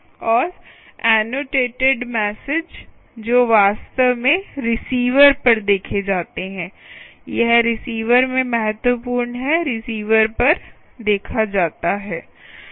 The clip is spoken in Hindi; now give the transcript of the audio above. और एनोटेटएड मैसेज जो वास्तव में रिसीवर पर देखे जाते हैं यह रिसीवर में महत्वपूर्ण है रिसीवर पर देखा जाता है